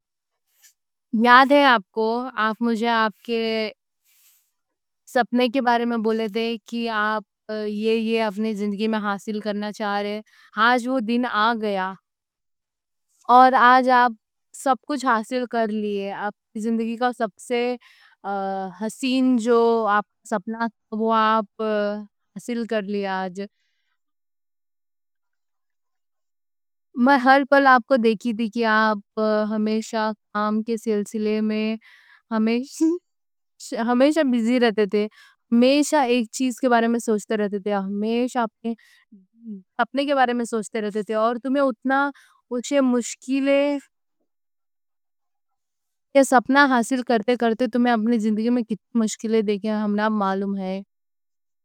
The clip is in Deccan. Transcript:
یاد ہے آپ کو آپ مجھے آپ کے سپنے کے بارے میں بولے تھے کہ آپ یہ یہ اپنی زندگی میں حاصل کرنا چاہ رہے ہیں آج وہ دن آ گیا اور آج آپ سب کچھ حاصل کر لیے آپ زندگی کا سب سے حسین جو سپنا تھا وہ آپ حاصل کر لی میں ہر پل آپ کو دیکھی تھی کہ آپ ہمیشہ کام کے سلسلے میں ہمیشہ بزی رہتے تھے ہمیشہ ایک چیز کے بارے میں سوچتے رہتے تھے ہمیشہ سپنے کے بارے میں سوچتے رہتے تھے اور تمہیں اتنا کچھ مشکلیں سپنا حاصل کرتے کرتے تمہیں اپنی زندگی میں کتنی مشکلیں دیکھیں ہم نا مالوم ہیں